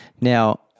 Now